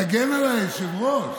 תגן עליי, היושב-ראש.